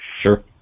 Sure